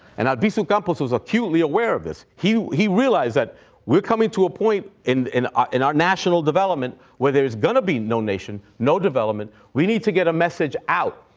and albizu campos was acutely aware of this. he he realized that we're coming to a point in in ah our national development where there's going to be no nation, no development. we need to get a message out,